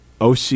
OC